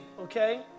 okay